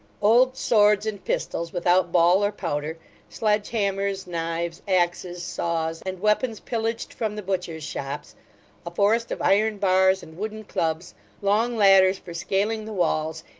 old swords, and pistols without ball or powder sledge-hammers, knives, axes, saws, and weapons pillaged from the butchers' shops a forest of iron bars and wooden clubs long ladders for scaling the walls,